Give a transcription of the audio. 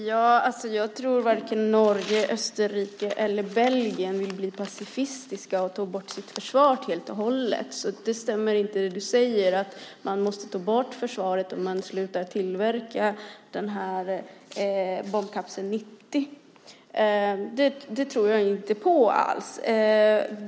Fru talman! Jag tror att varken Norge, Österrike eller Belgien vill bli pacifistiska och ta bort sitt försvar helt och hållet. Det stämmer inte när försvarsministern säger att man måste ta bort försvaret om man slutar att tillverka Bombkapsel 90. Det tror jag inte alls på.